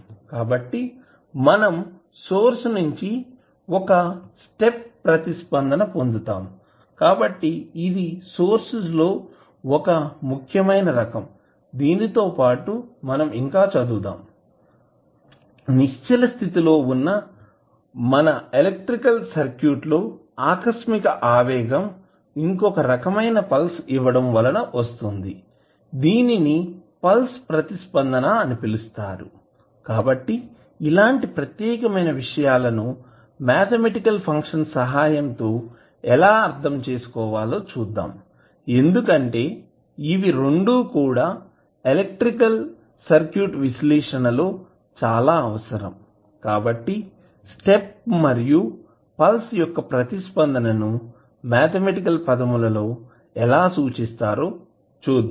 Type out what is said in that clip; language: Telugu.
కాబట్టి మనం సోర్స్ నుంచి ఒక స్టెప్ ప్రతిస్పందన పొందుతాం కాబట్టి ఇది సోర్స్ లో ఒక ముఖ్యమైన రకం దీనితో పాటు మనం ఇంకా చదువుదాం నిశ్చల స్థితిలో ఉన్న మన ఎలక్ట్రికల్ సర్క్యూట్ లోఆకస్మిక ఆవేగం ఇంకో రకమైన పల్స్ ఇవ్వడం వలన వస్తుంది దీనిని పల్స్ ప్రతిస్పందన అని పిలుస్తారు కాబట్టి ఇలాంటి ప్రత్యేకమైన విషయాలను మాథమెటికల్ ఫంక్షన్ సహాయం తో ఎలా అర్ధం చేసుకోవాలో చూద్దాం ఎందుకంటే ఇవి రెండు కూడా ఎలక్ట్రికల్ సర్క్యూట్ విశ్లేషణ లో చాలా అవసరం కాబట్టి స్టెప్ మరియు పల్స్ యొక్క ప్రతిస్పందన ని మాథమెటికల్ పదములలో ఎలా సూచిస్తారో చూద్దాం